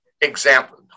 example